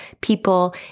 people